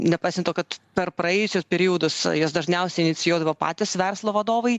nepaisant to kad per praėjusius periodus juos dažniausiai inicijuodavo patys verslo vadovai